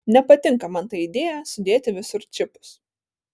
nepatinka man ta idėja sudėti visur čipus